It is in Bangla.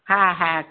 হ্যাঁ হ্যাঁ